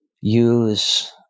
use